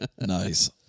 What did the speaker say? Nice